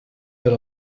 per